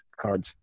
cards